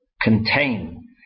contain